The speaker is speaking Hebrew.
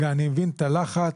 אני מבין את הלחץ.